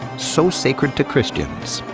so sacred to christians.